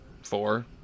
Four